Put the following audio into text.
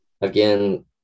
again